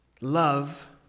Love